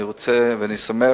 אני אשמח